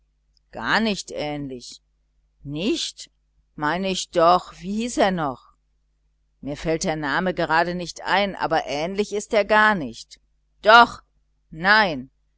gar nicht ähnlich nicht ich meine doch wie heißt er eigentlich mir fällt der name gerade nicht ein aber ähnlich ist er gar nicht doch nein